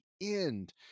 end